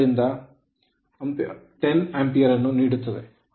2 1000220 high voltage side voltage ಮೂಲಕ 220